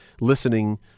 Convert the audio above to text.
listening